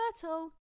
turtle